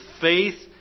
faith